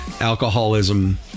alcoholism